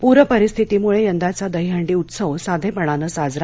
पूर परिस्थितीमुळे यंदाचा दहीहंडी उत्सव साधेपणाने साजरा